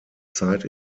zeit